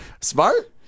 Smart